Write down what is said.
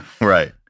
right